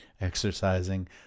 exercising